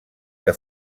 que